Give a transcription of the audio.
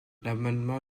l’amendement